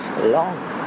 Long